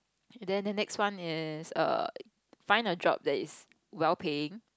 and then the next one is err find a job that is well paying